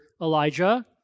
elijah